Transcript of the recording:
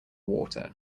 water